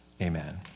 amen